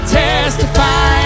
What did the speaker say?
testify